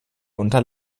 unter